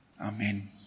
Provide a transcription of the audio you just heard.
Amen